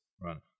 run